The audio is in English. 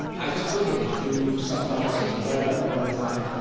i just took it. they threw sunflower seeds, whatever at me all the time.